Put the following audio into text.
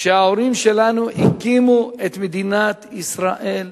שההורים שלנו הקימו את מדינת ישראל